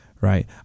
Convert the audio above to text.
right